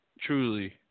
truly